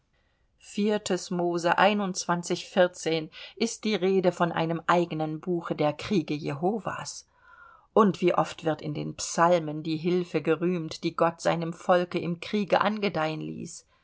mose ist die rede von einem eigenen buche der kriege jehovas und wie oft wird in den psalmen die hilfe gerühmt die gott seinem volke im kriege angedeihen ließ